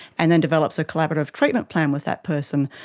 and then develops a collaborative treatment plant with that person,